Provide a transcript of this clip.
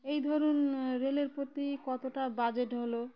এই ধরুন রেলের প্রতি কতটা বাজেট হলো